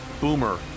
Boomer